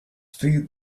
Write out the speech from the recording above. feed